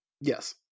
Yes